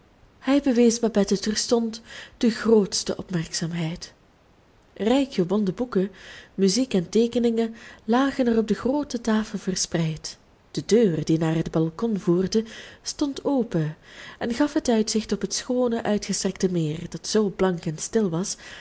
hij bewees babette terstond de grootste opmerkzaamheid rijk gebonden boeken muziek en teekeningen lagen er op de groote tafel verspreid de deur die naar het balkon voerde stond open en gaf het uitzicht op het schoone uitgestrekte meer dat zoo blank en stil was